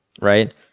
right